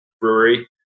brewery